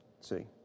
See